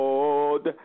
Lord